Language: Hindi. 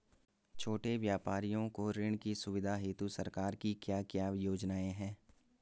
छोटे व्यापारियों को ऋण की सुविधा हेतु सरकार की क्या क्या योजनाएँ हैं?